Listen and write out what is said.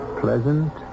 pleasant